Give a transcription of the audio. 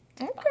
Okay